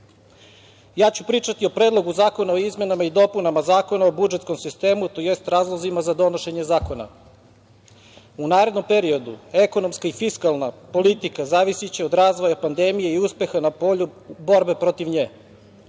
ću pričati i Predlogu zakona o izmenama i dopunama Zakona o budžetskom sistemu, tj. razlozima za donošenje zakona.U narednom periodu ekonomska i fiskalna politika zavisiće od razvoja pandemije i uspeha na polju borbe protiv nje.